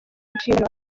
nshingano